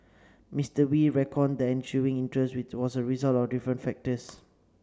Mister Wee reckoned that the ensuing interest was a result of different factors